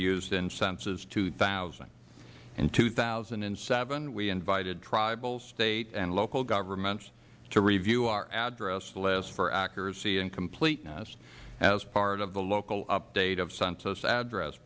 used in census two thousand in two thousand and seven we invited tribal state and local governments to review our address list for accuracy and completeness as part of the local update of census address